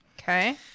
Okay